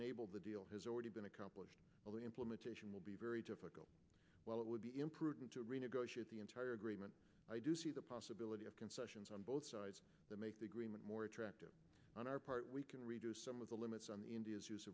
enable the deal has already been accomplished all the implementation will be very difficult while it would be imprudent to renegotiate the entire agreement i do see the possibility of concessions on both sides to make the agreement more attractive on our part we can reduce some of the limits on india's use